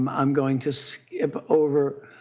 um um going to skip over